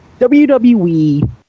WWE